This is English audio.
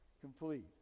complete